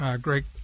Great